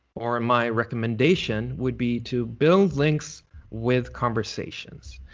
or my recommendation would be to build links with conversations.